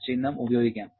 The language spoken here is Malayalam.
എന്ന ചിഹ്നം ഉപയോഗിക്കാം